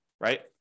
right